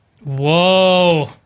Whoa